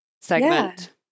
segment